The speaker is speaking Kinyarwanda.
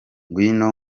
ngwino